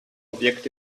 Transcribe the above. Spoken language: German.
objekt